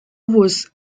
was